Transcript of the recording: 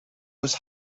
was